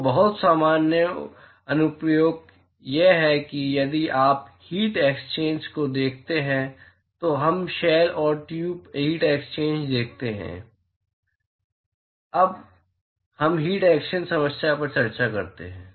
तो बहुत सामान्य अनुप्रयोग यह है कि यदि आप हीट एक्सचेंजर को देखते हैं तो हम शेल और ट्यूब हीट एक्सचेंजर देखते हैं जब हम हीट एक्सचेंजर समस्या पर चर्चा करते हैं